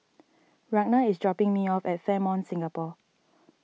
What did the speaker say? Ragna is dropping me off at Fairmont Singapore